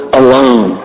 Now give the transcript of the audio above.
alone